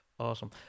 Awesome